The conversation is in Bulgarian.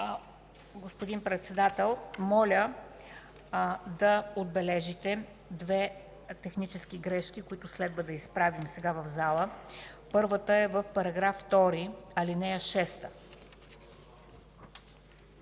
Господин Председател, моля да отбележите две технически грешки, които следва да изправим сега в залата. Първата грешка е в § 2, ал. 6